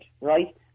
right